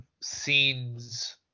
scenes